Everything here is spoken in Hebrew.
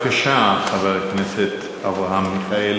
ברכה ראשונים לחברי הכנסת החדשים במיוחד.